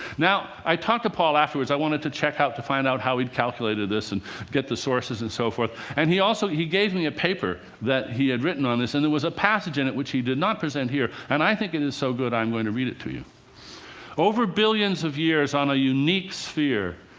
now, i talked to paul afterwards i wanted to check to find out how he'd calculated this, and get the sources and so forth and he also gave me a paper that he had written on this. and there was a passage in it which he did not present here and i think it is so good, i'm going to read it to you over billions of years on a unique sphere,